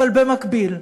אבל במקביל,